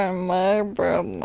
ah my birthday. um